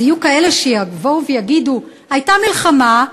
אז יהיו כאלה שיבואו ויגידו: הייתה מלחמה,